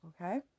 Okay